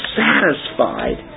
satisfied